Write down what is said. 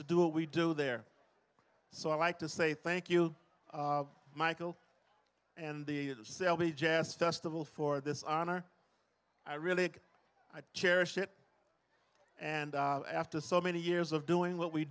to do what we do there so i like to say thank you michael and the selby jazz festival for this honor i really cherish it and after so many years of doing what we